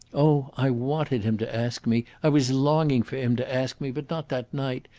oh! i wanted him to ask me i was longing for him to ask me but not that night.